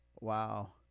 wow